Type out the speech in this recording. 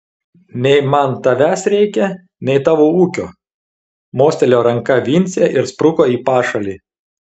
nei man tavęs reikia nei tavo ūkio mostelėjo ranka vincė ir spruko į pašalį